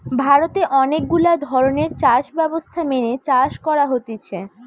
ভারতে অনেক গুলা ধরণের চাষ ব্যবস্থা মেনে চাষ করা হতিছে